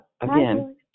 Again